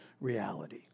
reality